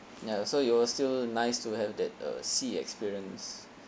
ya so it was still nice to have that uh sea experience